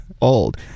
old